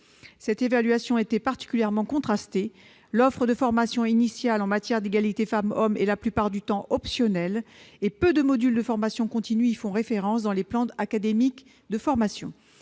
Cette évaluation a été particulièrement contrastée. L'offre de formation initiale en matière d'égalité entre les femmes et les hommes est la plupart du temps optionnelle, et peu de modules de formation continue y font référence dans les plans académiques de formation.